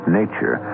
nature